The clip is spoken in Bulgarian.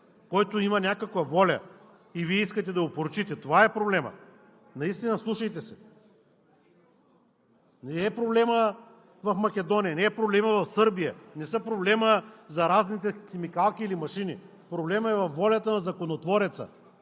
който има някаква воля и Вие искате да опорочите. Това е проблемът! Наистина вслушайте се! Не е проблемът в Македония, не е проблемът в Сърбия, не са проблемите в заразните химикалки или машини! Проблемът е във волята на законотвореца!